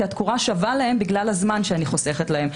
כי התקורה שווה להם בגלל הזמן שאני חוסכת להם,